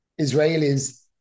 Israelis